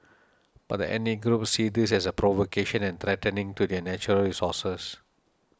but the ethnic groups see this as provocation and threatening to their natural resources